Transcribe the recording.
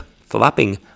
flopping